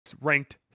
ranked